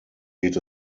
geht